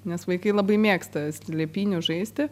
nes vaikai labai mėgsta slėpynių žaisti